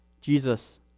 Jesus